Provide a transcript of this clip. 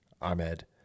Ahmed